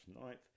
ninth